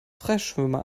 freischwimmer